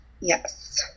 Yes